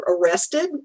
arrested